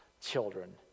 children